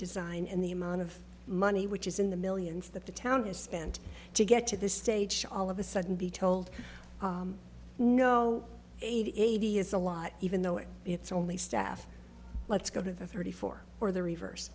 design and the amount of money which is in the millions that the town has spent to get to this stage all of a sudden be told no eighty is a lot even though it's only staff let's go to the thirty four or the reverse